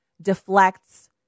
deflects